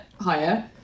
higher